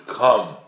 come